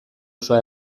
osoa